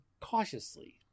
cautiously